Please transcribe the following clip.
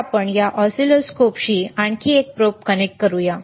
तर आपण या ऑसिलोस्कोपशी आणखी एक प्रोब कनेक्ट करूया